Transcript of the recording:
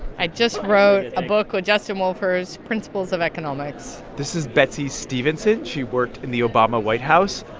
i just wrote a book with justin wolfers principles of economics. this is betsey stevenson. she worked in the obama white house.